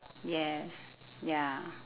yes ya